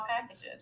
packages